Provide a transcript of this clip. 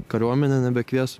kariuomenę nebekvies